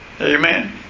Amen